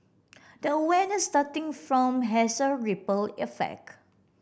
the awareness starting from has a ripple effect